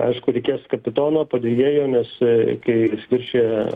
aišku reikės kapitono padėjėjo nes kai viršija